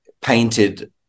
painted